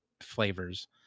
flavors